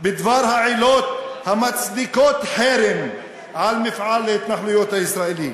בדבר העילות המצדיקות חרם על מפעל ההתנחלויות הישראלי,